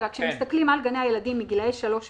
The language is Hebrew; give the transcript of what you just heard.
כשמסתכלים על גני הילדים מגילאי שלוש ומעלה,